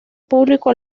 público